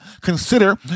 consider